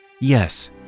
Yes